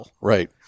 Right